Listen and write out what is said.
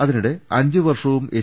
അതിനിടെ അഞ്ചുവർഷവും എച്ച്